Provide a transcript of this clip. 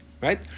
Right